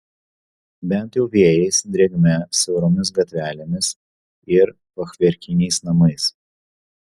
bent jau vėjais drėgme siauromis gatvelėmis ir fachverkiniais namais